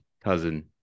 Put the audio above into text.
cousin